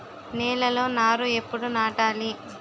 నేలలో నారు ఎప్పుడు నాటాలి?